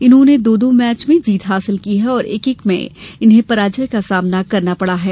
इन्होंने दो दो मैच में जीत हासिल की है और एक एक में इन्हें पराजय का सामना करना पड़ा है